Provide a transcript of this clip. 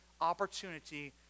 opportunity